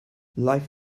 lifes